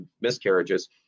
miscarriages